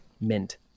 mint